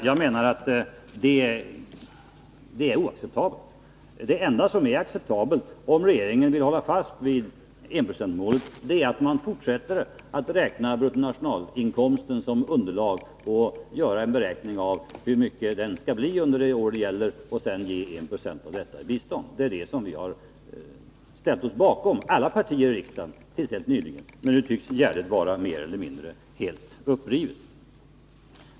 Jag menar att detta är oacceptabelt. Det enda som är acceptabelt, om regeringen vill hålla fast vid enprocentsmålet, är att man fortsätter att räkna bruttonationalinkomsten som underlag, gör en beräkning av hur stor den skall bli under det år det gäller och sedan ger 1 96 av detta i bistånd. Det är det vi har ställt oss bakom från alla partier i riksdagen till helt nyligen, men nu tycks gärdet vara mer eller mindre upprivet.